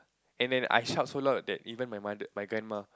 and and I shout so loud that even my mother my grandma